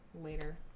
Later